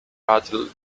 rattle